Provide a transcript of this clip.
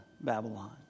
Babylon